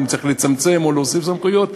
אם צריך לצמצם או להוסיף סמכויות,